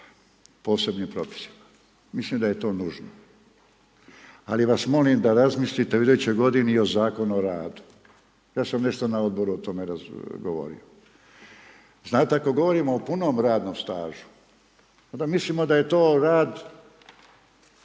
posebnim propisima. Mislim da je to nužno, ali vas molim da razmislite u idućoj godini i o Zakonu o radu. Ja sam nešto na odboru o tome govorio. Znate ako govorimo o punom radnom stažu onda mislimo da je to rad